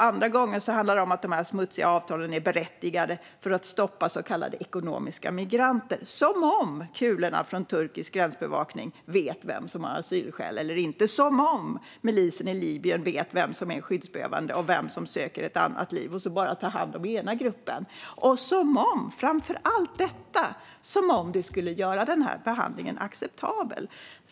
Andra gånger handlar det om att de här smutsiga avtalen är berättigade för att stoppa så kallade ekonomiska migranter - som om kulorna från turkisk gränsbevakning vet vem som har asylskäl eller inte, som om milisen i Libyen vet vem som är skyddsbehövande och vem som söker ett annat liv och sedan bara ta hand om den ena gruppen och, framför allt, som om det skulle göra den här förhandlingen acceptabel.